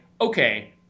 okay